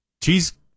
Cheese